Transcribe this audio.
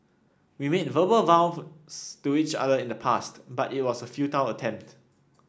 we made verbal vows to each other in the past but it was a futile attempt